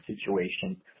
situation